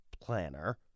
planner